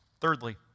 Thirdly